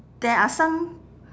there are some